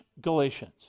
Galatians